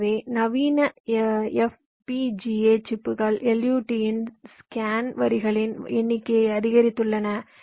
எனவே நவீன FPGA சிப்புகள் LUT இன் ஸ்கானின் வரிகளின் எண்ணிக்கை அதிகரித்துள்ளன